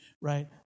right